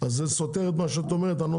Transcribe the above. אז הנוסח סותר את מה שאת אומרת.